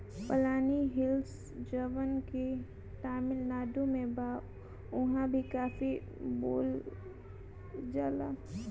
पलानी हिल्स जवन की तमिलनाडु में बा उहाँ भी काफी बोअल जाला